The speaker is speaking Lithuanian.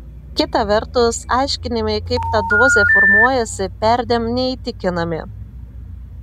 kita vertus aiškinimai kaip ta dozė formuojasi perdėm neįtikinami